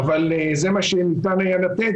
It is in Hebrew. אתה לא נותן למישהו רק בגלל שהוא רוצה,